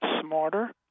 smarter